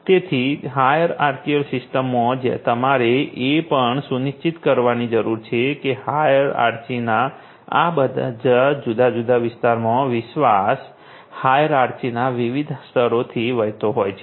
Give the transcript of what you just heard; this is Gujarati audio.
તેથી હાયરઆર્ચિકલ સિસ્ટમમાં તમારે એ પણ સુનિશ્ચિત કરવાની જરૂર છે કે હાયરઆર્ચિના આ બધા જુદા જુદા સ્તરમાં વિશ્વાસ હાયરઆર્ચિના વિવિધ સ્તરોથી વહેતો હોય છે